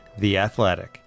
theathletic